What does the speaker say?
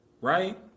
Right